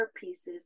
pieces